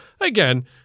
again